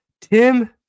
Tim –